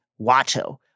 Watto